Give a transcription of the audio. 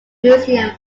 museum